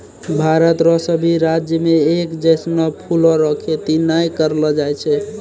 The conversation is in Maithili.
भारत रो सभी राज्य मे एक जैसनो फूलो रो खेती नै करलो जाय छै